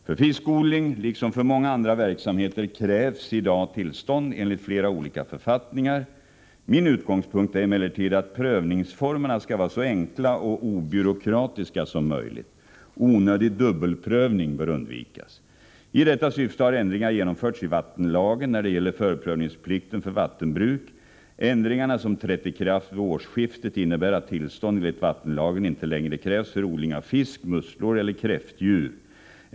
För fiskodling liksom för många andra verksamheter krävs i dag tillstånd enligt flera olika författningar. Min utgångspunkt är emellertid att prövningsformerna skall vara så enkla och obyråkratiska som möjligt. Onödig dubbelprövning bör undvikas. I detta syfte har ändringar genomförts i vattenlagen när det gäller förprövningsplikten för vattenbruk. Ändringarna, som trätt i kraft vid årsskiftet, innebär att tillstånd enligt vattenlagen inte längre krävs för odling av fisk, musslor eller kräftdjur.